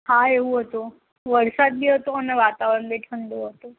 હા એવું હતું વરસાદ બી હતો અને વાતાવરણ બી ઠંડુ હતું